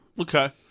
Okay